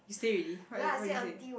say already what what did you say